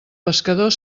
pescador